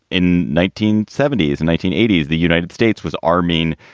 in nineteen seventy s and nineteen eighty s, the united states was arming